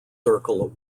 circle